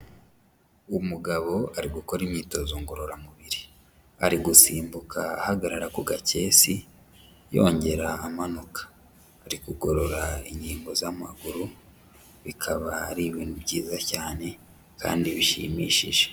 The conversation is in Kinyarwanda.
Umugabo ari gukora imyitozo ngororamubiri, ari gusimbuka ahagarara ku gakesi, yongera amanuka, ari kugorora ingingo z'amaguru bikaba ari ibintu byiza cyane kandi bishimishije.